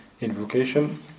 invocation